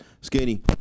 Skinny